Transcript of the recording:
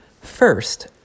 First